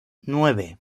nueve